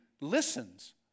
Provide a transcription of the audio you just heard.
listens